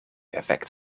effect